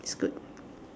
it's good